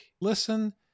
Listen